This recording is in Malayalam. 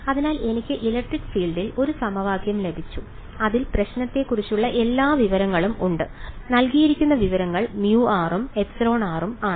അതിനാൽ എനിക്ക് ഇലക്ട്രിക് ഫീൽഡിൽ ഒരു സമവാക്യം ലഭിച്ചു അതിൽ പ്രശ്നത്തെക്കുറിച്ചുള്ള എല്ലാ വിവരങ്ങളും ഉണ്ട് നൽകിയിരിക്കുന്ന വിവരങ്ങൾ μr ഉം εr ഉം ആണ്